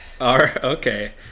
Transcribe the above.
Okay